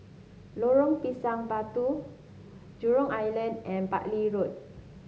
Lorong Pisang Batu Jurong Island and Bartley Road